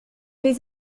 les